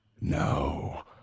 no